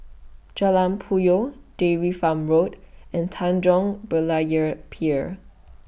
Jalan Puyoh Dairy Farm Road and Tanjong Berlayer Pier